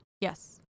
Yes